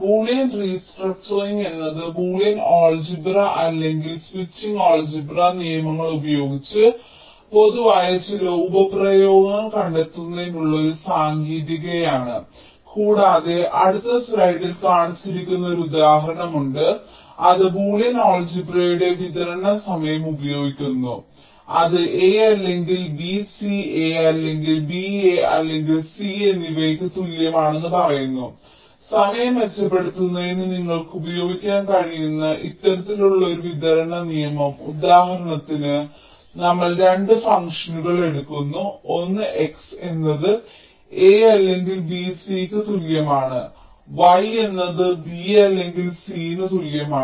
Boolean restructuring എന്നത് Boolean algebra അല്ലെങ്കിൽ switching algebra നിയമങ്ങൾ ഉപയോഗിച്ച് പൊതുവായ ചില ഉപപ്രയോഗങ്ങൾ കണ്ടെത്തുന്നതിനുള്ള ഒരു സാങ്കേതികതയാണ് കൂടാതെ അടുത്ത സ്ലൈഡിൽ കാണിച്ചിരിക്കുന്ന ഒരു ഉദാഹരണമുണ്ട് അത് ബൂലിയൻ ആൾജിബ്ര യുടെ വിതരണ നിയമം ഉപയോഗിക്കുന്നു അത് a അല്ലെങ്കിൽ b c a അല്ലെങ്കിൽ b a അല്ലെങ്കിൽ c എന്നിവയ്ക്ക് തുല്യമാണെന്ന് പറയുന്നു സമയം മെച്ചപ്പെടുത്തുന്നതിന് നിങ്ങൾക്ക് ഉപയോഗിക്കാൻ കഴിയുന്ന ഇത്തരത്തിലുള്ള ഒരു വിതരണ നിയമം ഉദാഹരണത്തിൽ നമ്മൾ 2 ഫംഗ്ഷനുകൾ എടുക്കുന്നു ഒന്ന് x എന്നത് a അല്ലെങ്കിൽ b c ന് തുല്യമാണ് y എന്നത് b അല്ലെങ്കിൽ c ന് തുല്യമാണ്